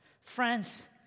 Friends